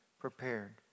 prepared